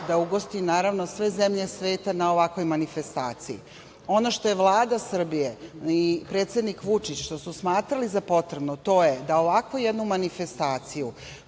da ugosti sve zemlje sveta na ovakvoj manifestaciji. Ono što je Vlada Srbije i predsednik Vučić što su smatrali za potrebno, to je da ovakvu jednu manifestaciju,